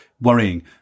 worrying